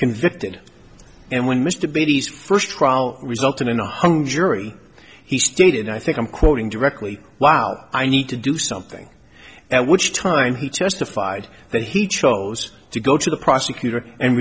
convicted and when mr biddies first trial resulted in a hung jury he stated i think i'm quoting directly wow i need to do something at which time he testified that he chose to go to the prosecutor and